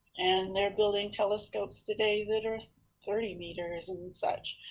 and they're building telescopes today that are thirty meters and such.